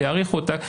ויאריכו אותה.